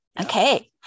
Okay